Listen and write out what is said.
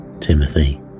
Timothy